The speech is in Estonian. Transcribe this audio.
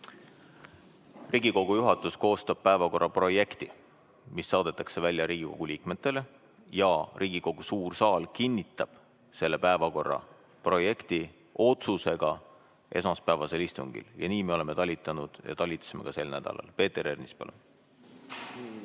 Riigikogu juhatus koostab päevakorra projekti, mis saadetakse välja Riigikogu liikmetele, ja Riigikogu suur saal kinnitab selle päevakorra projekti otsusega esmaspäevasel istungil. Nii me oleme talitanud ja talitasime ka sel nädalal. Peeter Ernits,